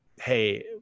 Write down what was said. hey